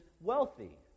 wealthy